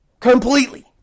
Completely